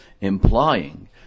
implying